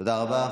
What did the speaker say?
תודה רבה.